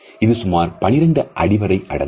இது சுமார் 12 அடி வரை அடங்கும்